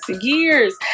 years